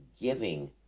giving